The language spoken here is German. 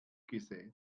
gesät